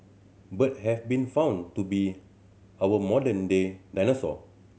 bird have been found to be our modern day dinosaur